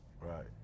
right